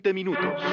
minutos